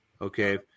Okay